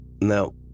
Now